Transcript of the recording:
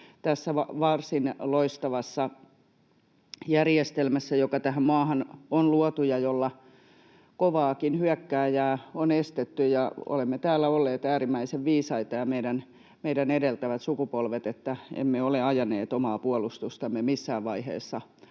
tässä varsin loistavassa järjestelmässä, joka tähän maahan on luotu ja jolla kovaakin hyökkääjää on estetty. Olemme täällä — ja meidän edeltävät sukupolvet — olleet äärimmäisen viisaita, että emme ole ajaneet omaa puolustustamme missään vaiheessa